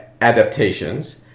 adaptations